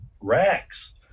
racks